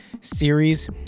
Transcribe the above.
series